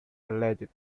alleged